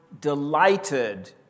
delighted